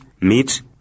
meat